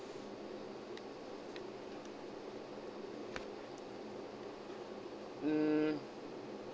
mm